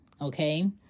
Okay